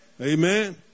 Amen